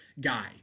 guy